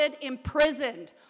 imprisoned